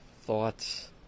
thoughts